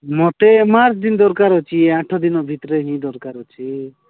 ମତେ ମାଚ୍ ଦିନ ଦରକାର ଅଛି ଆଠ ଦିନ ଭିତରେ ହିଁ ଦରକାର ଅଛି